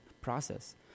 process